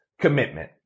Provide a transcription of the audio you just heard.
commitment